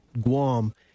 Guam